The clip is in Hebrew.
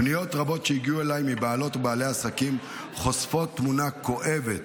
בפניות רבות שהגיעו אליי מבעלות ובעלי עסקים נחשפת תמונה כואבת: